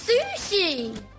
Sushi